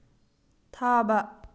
ꯊꯥꯕ